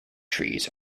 trees